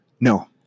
No